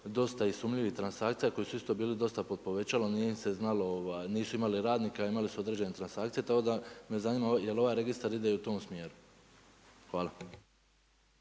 dosta i sumnjivih transakcija koje su isto bile dosta pod povećalom, nije im se znalo, nisu imali radnika a imali su određene transakcije tako da me zanima je li ovaj registar ide i u tom smjeru? Hvala.